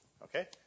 Okay